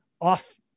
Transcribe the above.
off